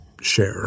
share